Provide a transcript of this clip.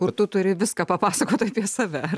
kur tu turi viską papasakot apie save ir